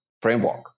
framework